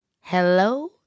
hello